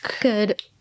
Good